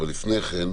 אבל לפני כן,